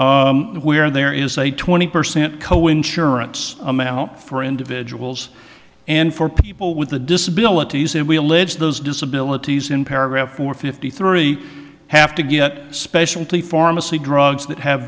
pricing where there is a twenty percent co insurance amount for individuals and for people with a disability if we allege those disabilities in paragraph four fifty three have to get specialty pharmacy drugs that have